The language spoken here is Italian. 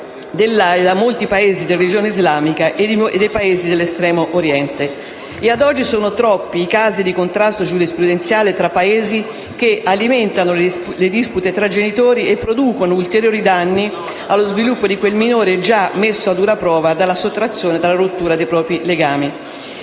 di molti Paesi di religione islamica e di diversi dell'estremo Oriente. Ad oggi sono troppi i casi di contrasto giurisprudenziale tra Paesi che alimentano le dispute tra genitori e producono ulteriori danni allo sviluppo di quel minore già messo alla prova dalla sottrazione e, quindi, dalla rottura dei propri legami.